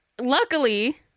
luckily